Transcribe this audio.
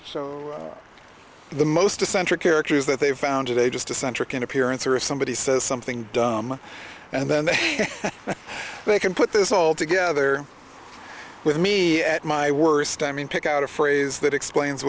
so the most essential character is that they found today just to centric in appearance or if somebody says something dumb and then they say they can put this all together with me at my worst i mean pick out a phrase that explains